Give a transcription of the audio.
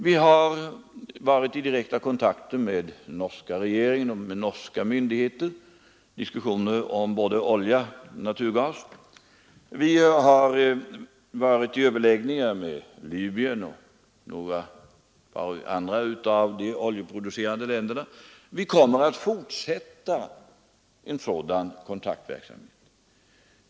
Vi har varit i direkt kontakt med norska regeringen och med norska myndigheter och fört diskussioner om både olja och naturgas. Vi har haft överläggningar med Libyen och ett par andra av de oljeproducerande länderna. Vi kommer att fortsätta en sådan kontaktverksamhet.